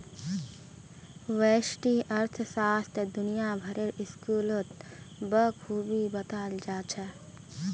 व्यष्टि अर्थशास्त्र दुनिया भरेर स्कूलत बखूबी बताल जा छह